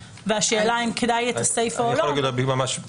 והשאלה אם כדאי את הסיפא או לא.